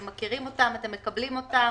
מקבלים אותן?